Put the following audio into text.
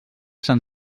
sant